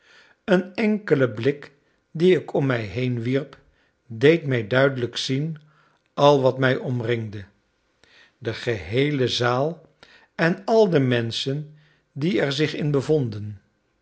een enkele blik dien ik om mij heen wierp deed mij duidelijk zien al wat mij omringde de geheele zaal en al de menschen die er zich in bevonden